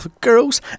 girls